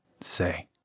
say